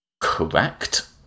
correct